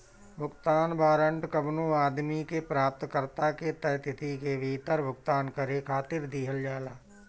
भुगतान वारंट कवनो आदमी के प्राप्तकर्ता के तय तिथि के भीतर भुगतान करे खातिर दिहल जाला